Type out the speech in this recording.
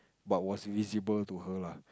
but what visible to her lah